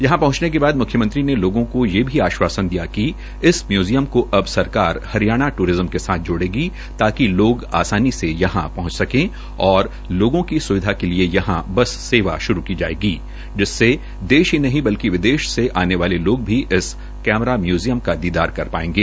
यहां पहुंचने के बाद मुख्यमंत्री ने लोगों को यह भी आश्वासन दिया कि इस म्यूजियम को अब सरकार हरियाणा ट्ररिज्म के साथ जोड़ेगी ताकि लोग आसानी से यहां पहंच सकें लोगों की सुविधा के लिए यहां बस सेवा श्रू की जाएगी जिससे देश ही नहीं बल्कि विदेश से आने वाले लोग भी इस कैमरा म्यूजियम का दीदार कर पाएंगे